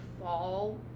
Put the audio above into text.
fall